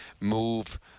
move